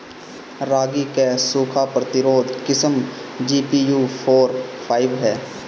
रागी क सूखा प्रतिरोधी किस्म जी.पी.यू फोर फाइव ह?